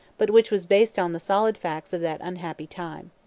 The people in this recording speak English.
but which was based on the solid facts of that unhappy time.